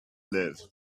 live